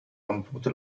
remporte